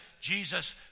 Jesus